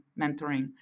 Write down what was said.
mentoring